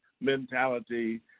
mentality